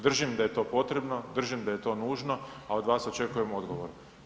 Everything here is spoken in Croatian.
Držim da je to potrebno, držim da je to nužno, a od vas očekujem odgovor.